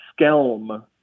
skelm